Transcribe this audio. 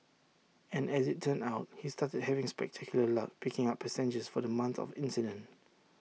and as IT turned out he started having spectacular luck picking up passengers for the month of the incident